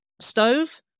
stove